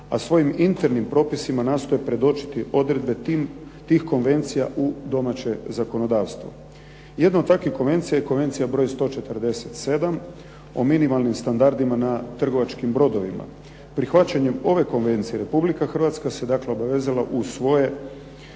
a svojim internim propisima nastoji predočiti odredbe tih konvencija u domaćem zakonodavstvu. Jedna od takvih konvencija je Konvencija broj 147 o minimalnim standardima na trgovačkim brodovima. Prihvaćanjem ove konvencije Republika Hrvatska se dakle obvezala u svoje